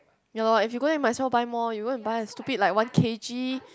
ya loh if you go there might as well buy more you go and buy a stupid like one K_G